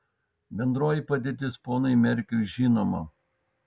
bendroji padėtis ponui merkiui žinoma